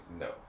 no